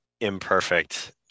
imperfect